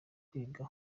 kwiga